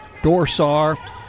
Dorsar